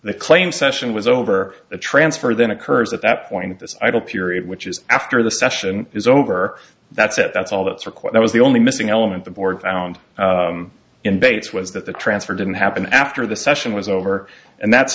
the claim session was over the transfer then occurs at that point this idle period which is after the session is over that's it that's all that's required i was the only missing element the board found in bates was that the transfer didn't happen after the session was over and that's